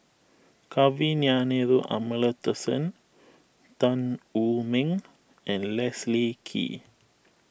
Kavignareru Amallathasan Tan Wu Meng and Leslie Kee